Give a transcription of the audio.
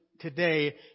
today